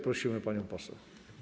Prosimy panią poseł.